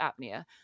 apnea